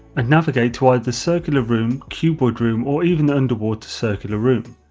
and navigate to either the circular room, cuboid room or even the underwater circular room,